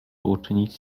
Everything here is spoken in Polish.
uczynić